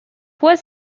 was